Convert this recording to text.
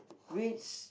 which